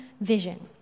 vision